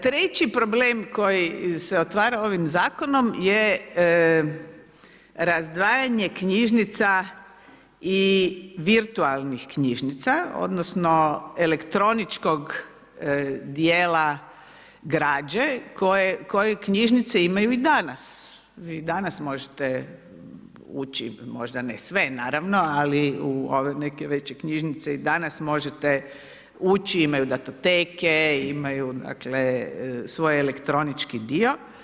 Treći problem koji se otvara ovim zakonom je razdvajanje knjižnica i virtualnih knjižnica, odnosno elektroničkog djela građe koju knjižnice imaju i danas. vi i danas možete ući, možda ne sve naravno, ali u ove neke veće knjižnice i danas možete ući, imaju datoteke, imaju svoj elektronički dio.